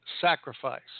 sacrifice